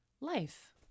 life